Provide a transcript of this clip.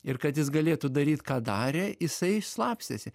ir kad jis galėtų daryt ką darė jisai slapstėsi